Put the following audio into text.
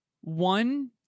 One